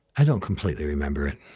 i don't completely remember it.